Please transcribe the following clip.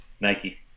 Nike